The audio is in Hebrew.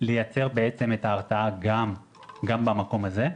לייצר את ההרתעה גם במקום הזה.